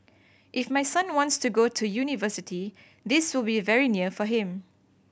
if my son wants to go to university this will be very near for him